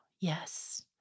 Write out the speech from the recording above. yes